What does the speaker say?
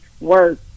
work